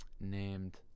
named